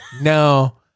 no